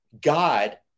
God